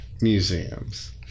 museums